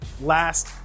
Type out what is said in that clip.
last